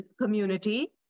community